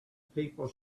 people